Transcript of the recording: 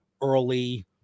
early